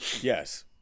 Yes